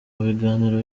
biganiro